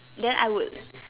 then I would